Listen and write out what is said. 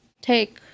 take